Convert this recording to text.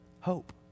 hope